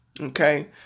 Okay